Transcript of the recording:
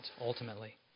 ultimately